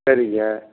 சரிங்க